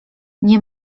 nie